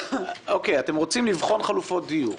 אתם רוצים לבחון חלופות דיור.